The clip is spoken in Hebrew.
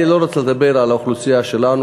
אני לא רוצה לדבר על האוכלוסייה שלנו,